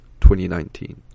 2019